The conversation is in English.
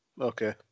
okay